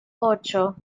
ocho